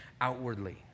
outwardly